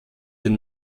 den